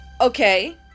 Okay